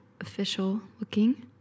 official-looking